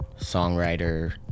songwriter